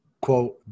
Quote